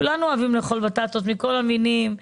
כולנו אוהבים לאכול בטטות מכל המינים,